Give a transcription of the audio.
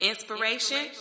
Inspiration